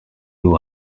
nous